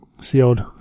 sealed